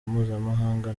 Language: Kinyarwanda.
mpuzamahanga